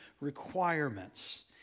requirements